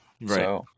Right